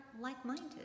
like-minded